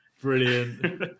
Brilliant